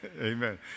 Amen